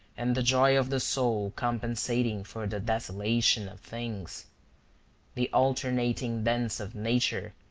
and the joy of the soul compensating for the desolation of things the alternating dance of nature,